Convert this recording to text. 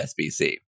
SBC